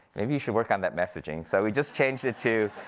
maybe you should work on that messaging. so we just changed it to,